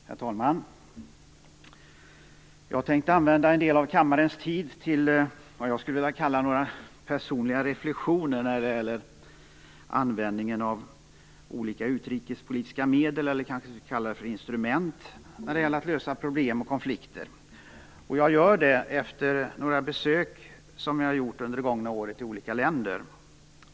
Herr talman! Jag tänker använda en del av kammarens tid till, vad jag skulle vilja kalla, några personliga reflexioner när det gäller användningen av olika utrikespolitiska medel eller instrument för att lösa problem och konflikter. Detta gör jag efter några besök som jag under det gångna året har gjort i olika länder.